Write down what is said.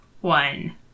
one